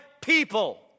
people